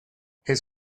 his